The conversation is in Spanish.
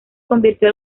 convirtió